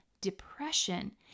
depression